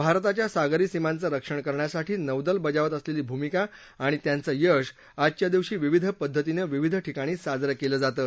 भारताच्या सागरी सीमांचं रक्षण करण्यासाठी नौदल बजावत असलेली भूमिका आणि त्यांचं यश आजच्या दिवशी विविध पद्धतीनं विविध ठिकाणी साजरं केलं जातं